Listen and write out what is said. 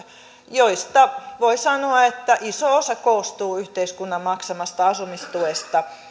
joista voi sanoa että iso osa koostuu yhteiskunnan maksamasta asumistuesta